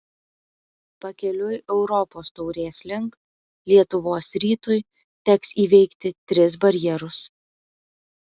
pakeliui europos taurės link lietuvos rytui teks įveikti tris barjerus